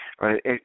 Right